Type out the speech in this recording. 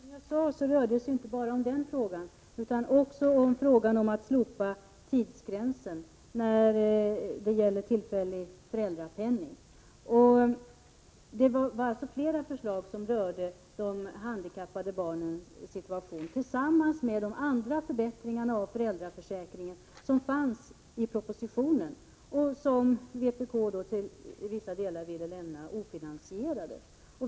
Herr talman! Som jag sade tidigare rörde det sig inte bara om den frågan utan också om frågan att slopa tidsgränsen när det gäller tillfällig föräldrapenning. Det var flera förslag som rörde de handikappade barnens situation tillsammans med andra förbättringar i föräldraförsäkringen som fanns i propositionen och som vpk till vissa delar ville lämna ofinansierade.